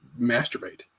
masturbate